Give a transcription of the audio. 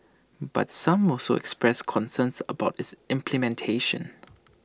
but some also expressed concerns about its implementation